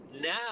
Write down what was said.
now